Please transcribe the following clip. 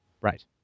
Right